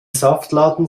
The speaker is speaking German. saftladen